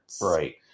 Right